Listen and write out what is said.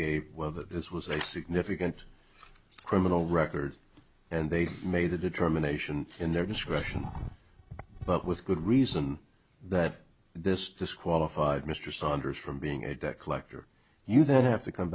gave whether this was a significant criminal record and they made a determination in their discretion but with good reason that this disqualified mr saunders from being a debt collector you then have to come